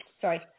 sorry